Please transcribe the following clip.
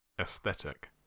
aesthetic